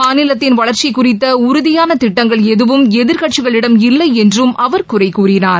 மாநிலத்தின் வளர்ச்சி குறித்த உறுதியான திட்டங்கள் எதுவும் எதிர்க்கட்சிகளிடம் இல்லை என்றும் அவர் குறைகூறினார்